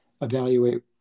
evaluate